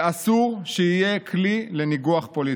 ואסור שיהיה כלי לניגוח פוליטי.